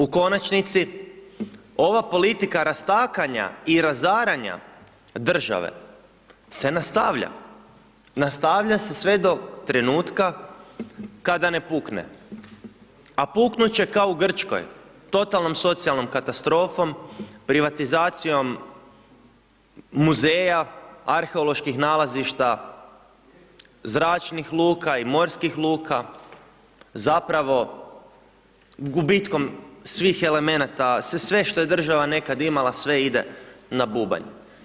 U konačnici, ova politika rastakanja i razaranja države se nastavlja, nastavlja se sve do trenutka kada ne pukne, a puknut će kao u Grčkoj, totalnom socijalnom katastrofom, privatizacijom muzeja, arheoloških nalazišta, zračnih luka i morskih luka, zapravo gubitkom svih elemenata, sve što je država nekad imala, sve ide na bubanj.